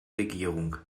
regierung